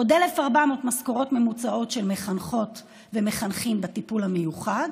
עוד 1,400 משכורות ממוצעות של מחנכות ומחנכים בטיפול המיוחד.